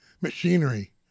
machinery